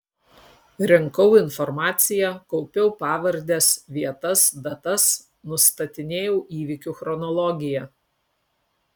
rinkau informaciją kaupiau pavardes vietas datas nustatinėjau įvykių chronologiją